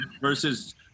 versus